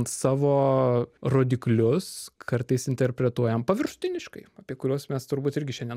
savo rodiklius kartais interpretuojam paviršutiniškai apie kuriuos mes turbūt irgi šiandien